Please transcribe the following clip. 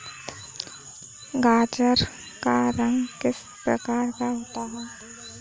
गाजर का रंग किस प्रकार का होता है?